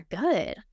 good